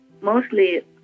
Mostly